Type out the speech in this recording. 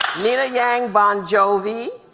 nina yang bongiovi,